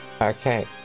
Okay